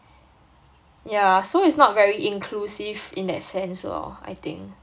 yeah so it's not very inclusive in that sense lor I think